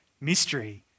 mystery